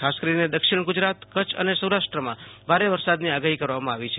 ખાસ કરીને દક્ષિણ ગુજરાત કચ્છ અને સૌરાષ્ટ્રમાં ભારે વરસાદની આગાહી કરવામાં આવી છે